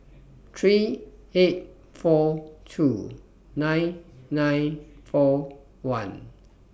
three eight four two nine nine four one